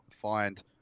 find